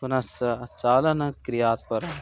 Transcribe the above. पुनश्च चालनक्रियात्परम्